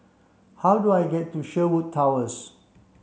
how do I get to Sherwood Towers